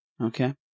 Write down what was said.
Okay